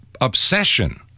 obsession